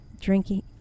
drinking